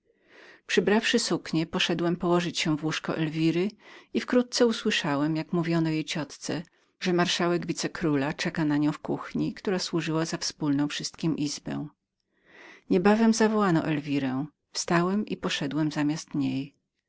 przybrawszy suknie poszedłem położyć się w łóżko elwiry i wkrótce usłyszałem jak mówiono jej ciotce że marszałek wicekróla czeka na nią w gospodnej kuchni która służyła za wspólną wszystkim izbę niebawem zawołano elwirę wstałem i poszedłem na jej